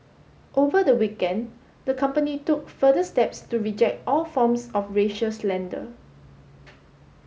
over the weekend the company took further steps to reject all forms of racial slander